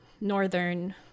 northern